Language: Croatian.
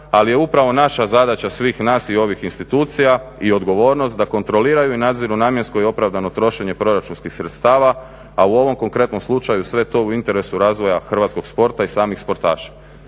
ali je upravo naša zadaća, svih nas i ovih institucija i odgovornost da kontroliraju i nadziru namjensko i opravdano trošenje proračunskih sredstava, a u ovom konkretnom slučaju sve je to u interesu razvoja hrvatskog sporta i samih sportaša.